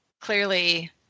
Clearly